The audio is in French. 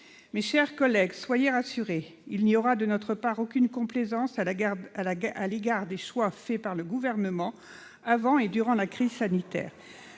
Mes chers collègues, soyez rassurés, il n'y aura de notre part aucune complaisance à l'égard des choix faits par le Gouvernement avant et durant la crise sanitaire.